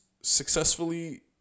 successfully